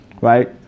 right